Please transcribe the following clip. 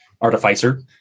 artificer